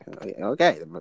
Okay